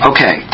Okay